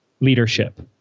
leadership